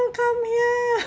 how come here